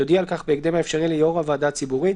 יודיע על כך בהקדם האפשרי ליושב ראש הוועדה הציבורית,